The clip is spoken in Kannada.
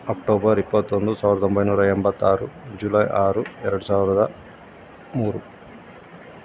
ಅಕ್ಟೋಬರ್ ಇಪ್ಪತ್ತೊಂದು ಸಾವಿರದ ಒಂಬೈನೂರ ಎಂಬತ್ತಾರು ಜುಲೈ ಆರು ಎರಡು ಸಾವಿರದ ಮೂರು